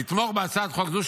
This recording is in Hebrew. לתמוך בהצעת חוק זו,